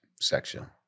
section